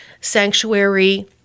sanctuary